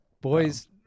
Boys